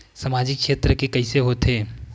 सामजिक क्षेत्र के कइसे होथे?